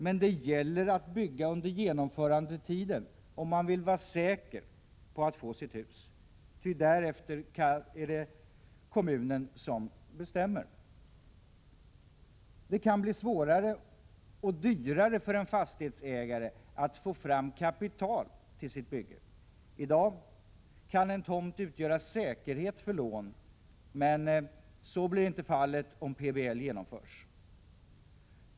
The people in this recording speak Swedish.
Men det gäller att bygga under genomförandetiden om man vill vara säker på att få sitt hus, ty därefter är det kommunen som bestämmer. Det kan bli svårare och dyrare för en fastighetsägare att få fram kapital till sitt bygge. I dag kan en tomt utgöra säkerhet för lån, men så blir inte fallet om PBL genomförs.